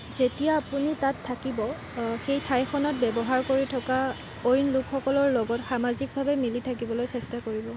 যেতিয়া আপুনি তাত থাকিব সেই ঠাইখনত ব্যৱহাৰ কৰি থকা অইন লোকসকলৰ লগত সামাজিকভাৱে মিলি থাকিবলৈ চেষ্টা কৰিব